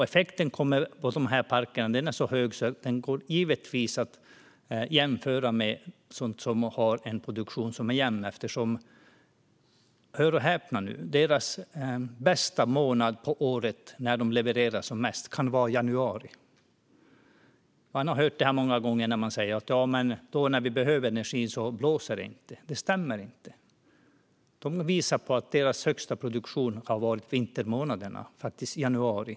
Effekten från parken är så hög att den kan jämföras med en jämn produktion. Hör och häpna! Den bästa månaden på året, när vindkraftsparken levererar som mest, kan vara januari. Vi har många gånger hört att när energin behövs blåser det inte. Men det stämmer inte. De har visat att deras högsta produktion är under vintermånaderna - i januari.